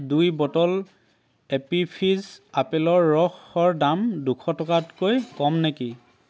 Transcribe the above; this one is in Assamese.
দুই বটল এপী ফিজ আপেলৰ ৰসৰ দাম দুশ টকাতকৈ কম নেকি